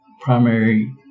primary